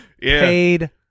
paid